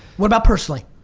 what about personally?